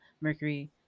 mercury